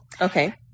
Okay